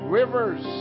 rivers